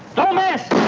don't miss!